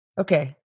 Okay